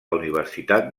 universitat